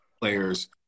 players